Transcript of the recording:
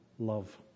love